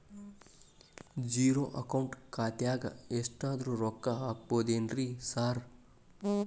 Zero account ಖಾತ್ಯಾಗ ಎಷ್ಟಾದ್ರೂ ರೊಕ್ಕ ಹಾಕ್ಬೋದೇನ್ರಿ ಸಾರ್?